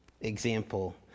example